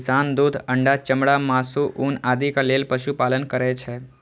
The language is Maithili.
किसान दूध, अंडा, चमड़ा, मासु, ऊन आदिक लेल पशुपालन करै छै